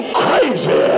crazy